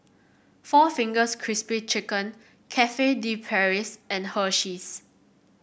four Fingers Crispy Chicken Cafe De Paris and Hersheys